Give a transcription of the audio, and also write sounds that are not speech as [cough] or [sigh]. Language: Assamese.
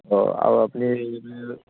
অঁ আৰু আপুনি [unintelligible]